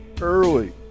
early